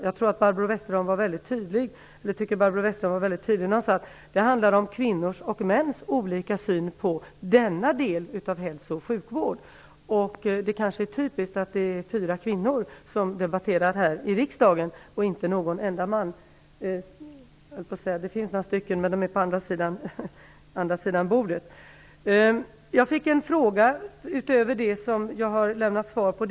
Jag tycker att Barbro Westerholm var väldigt tydlig när hon sade att det handlar om kvinnors och mäns olika syn på denna del av hälso och sjukvården. Det kanske är rätt typiskt att det är fyra kvinnor som debatterar detta i riksdagen, och ingen enda man - de som finns här sitter ju på andra sidan av bordet. Jag fick en fråga utöver det som jag redan har lämnat svar på.